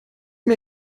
mir